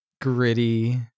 gritty